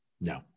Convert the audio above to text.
No